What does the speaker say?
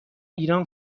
ایران